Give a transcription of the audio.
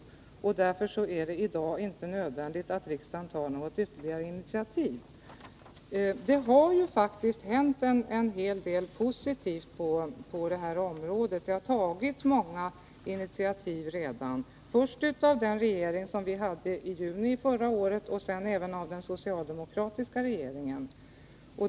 Därför är det i dag inte nödvändigt att riksdagen tar något ytterligare initiativ. Det har faktiskt hänt en hel del positivt på det här området. Det har tagits många initiativ redan, först av den regering som vi hade i juni förra året och sedan även av den socialdemokratiska regeringen.